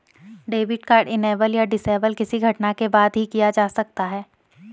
debit card enable या disable किसी घटना के बाद ही किया जा सकता है